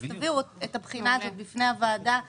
אז תביאו את הבחינה הזאת בפני הוועדה לאישורה.